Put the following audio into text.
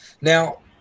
Now